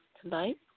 tonight